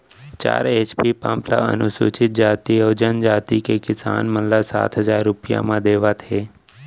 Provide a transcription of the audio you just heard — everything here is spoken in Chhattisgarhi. चार एच.पी पंप ल अनुसूचित जाति अउ जनजाति के किसान मन ल सात हजार रूपिया म देवत हे